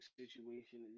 situation